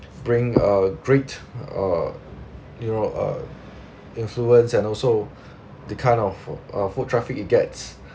bring a great uh you know uh influence and also the kind of uh food traffic it gets